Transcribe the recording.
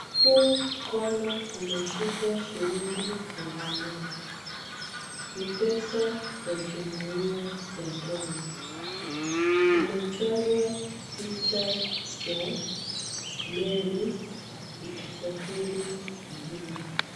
Huu mkono umeshika shilingi elfu moja. Ni pesa ya jumuiya ya Kenya. Imechorwa picha ya meli ikisafiri majini.